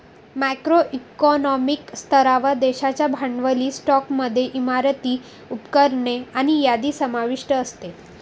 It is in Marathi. मॅक्रो इकॉनॉमिक स्तरावर, देशाच्या भांडवली स्टॉकमध्ये इमारती, उपकरणे आणि यादी समाविष्ट असते